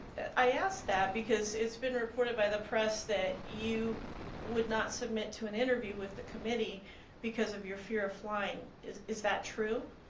i asked that because it's been reported by the press that you would not submit to an interview with the committee because of your fear of flying. is is that true?